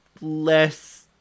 less